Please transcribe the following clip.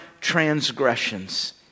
transgressions